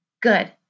Good